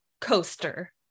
coaster